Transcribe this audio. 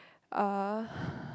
uh